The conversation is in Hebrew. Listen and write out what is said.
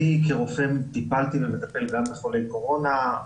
אני, כרופא, טיפלתי ומטפל גם בחולי קורונה.